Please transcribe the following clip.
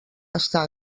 està